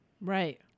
Right